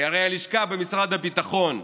כי הרי הלשכות במשרד הביטחון,